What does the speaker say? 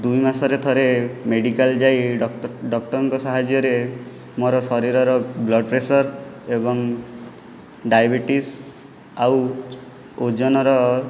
ଦୁଇ ମାସରେ ଥରେ ମେଡ଼ିକାଲ ଯାଇ ଡକ୍ଟର ଡକ୍ଟରଙ୍କ ସାହାଯ୍ୟରେ ମୋର ଶରୀରର ବ୍ଲଡ଼ ପ୍ରେସର୍ ଏବଂ ଡାଇବେଟିସ୍ ଆଉ ଓଜନର